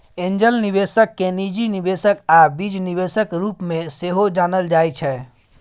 angel निबेशक केँ निजी निबेशक आ बीज निबेशक रुप मे सेहो जानल जाइ छै